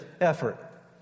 effort